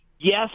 Yes